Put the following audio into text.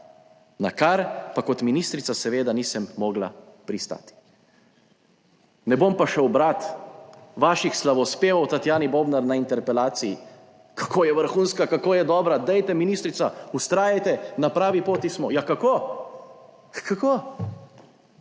na kar pa kot ministrica seveda nisem mogla pristati.« Ne bom pa šel brat vaših slavospevov Tatjani Bobnar na interpelaciji, kako je vrhunska, kako je dobra, dajte ministrica, vztrajajte na pravi poti. Smo. Ja kako? Kako?